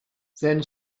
then